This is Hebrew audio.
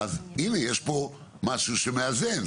אז הנה, יש כאן משהו שמאזן.